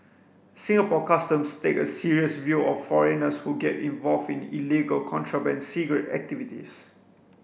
Singapore Customs takes a serious view of foreigners who get involved in illegal contraband cigarette activities